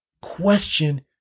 Question